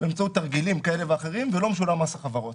באמצעות תרגילים כאלה ואחרים ולא משולם מס חברות.